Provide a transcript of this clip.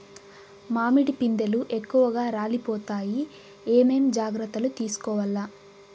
మామిడి పిందెలు ఎక్కువగా రాలిపోతాయి ఏమేం జాగ్రత్తలు తీసుకోవల్ల?